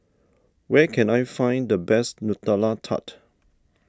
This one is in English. where can I find the best Nutella Tart